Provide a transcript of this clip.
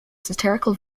satirical